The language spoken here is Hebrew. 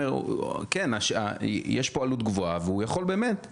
יש פה עלות גבוהה והוא באמת יכול,